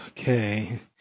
Okay